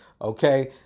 Okay